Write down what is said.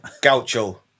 Gaucho